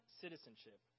citizenship